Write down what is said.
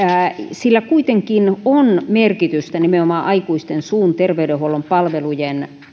sillä kuitenkin on merkitystä nimenomaan aikuisten suun terveydenhuollon palvelujen